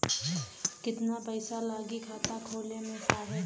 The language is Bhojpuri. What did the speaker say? कितना पइसा लागि खाता खोले में साहब?